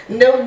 no